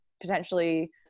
potentially